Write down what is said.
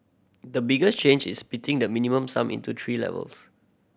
the biggest change is splitting the Minimum Sum into three levels